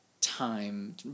time